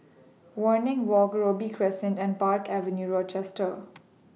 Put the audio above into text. Waringin Walk Robey Crescent and Park Avenue Rochester